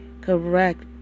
correct